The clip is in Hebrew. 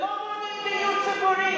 ולא בונים דיור ציבורי.